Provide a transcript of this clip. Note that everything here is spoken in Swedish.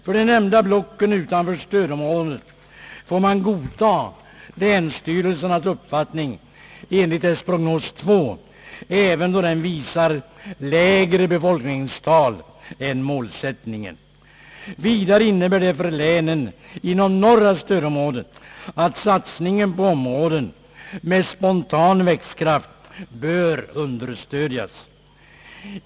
För de nämnda blocken utanför stödområdet får man godta länsstyrelsernas uppfattning enligt prognos 2, även då den visar lägre befolkningstal än målsättningen, Vidare innebär det för länen inom norra stödområdet att satsningen på områden med spontan växtkraft bör understödjas.